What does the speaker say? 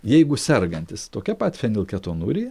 jeigu sergantis tokia pat fenilketonurija